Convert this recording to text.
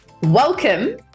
Welcome